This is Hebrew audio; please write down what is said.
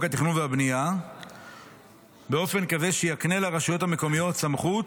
התכנון והבנייה באופן כזה שיקנה לרשויות המקומיות סמכות